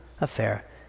affair